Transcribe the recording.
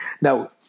Now